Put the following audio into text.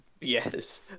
Yes